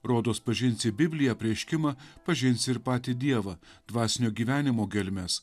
rodos pažinsi bibliją apreiškimą pažinsi ir patį dievą dvasinio gyvenimo gelmes